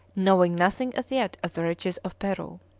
knowing nothing as yet of the riches of peru.